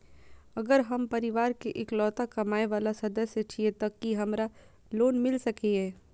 अगर हम परिवार के इकलौता कमाय वाला सदस्य छियै त की हमरा लोन मिल सकीए?